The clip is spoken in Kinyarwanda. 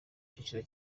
cyiciro